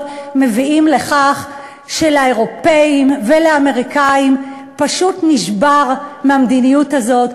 מביאים לכך שלאירופים ולאמריקנים פשוט נשבר מהמדיניות הזאת,